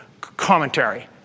commentary